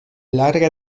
larga